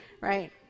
right